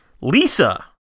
Lisa